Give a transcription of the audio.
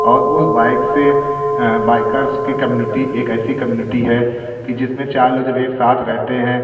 और उस बाइक से बाइकर्स की कम्यूनिटी एक ऐसी कम्यूनिटी है कि जिसमें चार लोग जब एक साथ रहते हैं